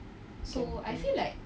can can